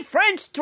French